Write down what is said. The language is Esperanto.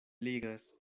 ligas